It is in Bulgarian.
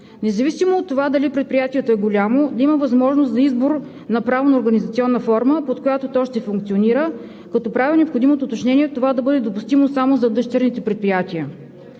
Независимо от това дали предприятието е голямо, да има възможност за избор на правна организационна форма, под която то ще функционира, като прави необходимото уточнение това да бъде допустимо само за дъщерните предприятия.